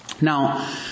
Now